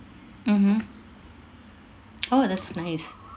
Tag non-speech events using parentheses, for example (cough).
mmhmm (noise) orh that's nice